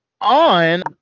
on